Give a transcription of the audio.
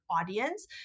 audience